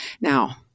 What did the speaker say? Now